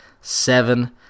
seven